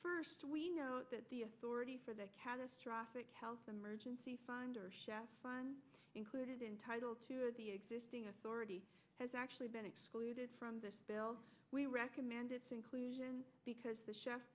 first we know that the authority for that catastrophic health emergency fund or chef included in title two of the existing authority has actually been excluded from this bill we recommend its inclusion because the chef